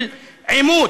של עימות,